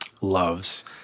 loves